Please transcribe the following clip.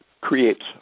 creates